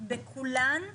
בכולן ה'